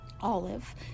olive